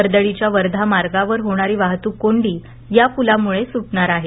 वर्दळीच्या वर्धा मार्गावर होणारी वाहतूक कोंडी या पूलामुळे सूटणार आहे